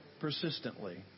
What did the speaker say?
persistently